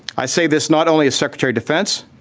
i say this not only as secretary defense,